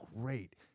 great